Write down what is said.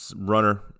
Runner